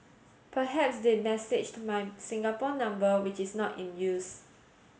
perhaps they messaged my Singapore number which is not in use